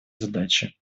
задачи